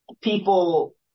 people